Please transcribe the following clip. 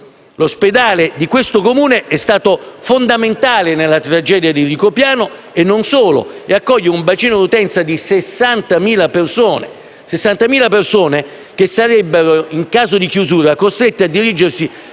L'ospedale di questo Comune è stato fondamentale nella tragedia di Rigopiano e non solo: raccoglie un bacino d'utenza di 60.000 persone che sarebbero, in caso di chiusura, costrette a dirigersi